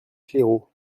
claireaux